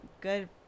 good